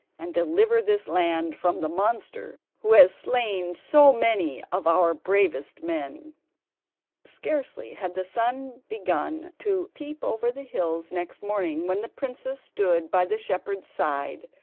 and deliver this land from the monster who has slain so many of our bravest men scarcely had the sun begun to peep over the hills next morning, when the princess stood by the shepherd's side,